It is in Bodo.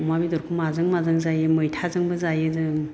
अमा बेदरखौ माजोंं माजों जायो मैथाजोंबो जायो जों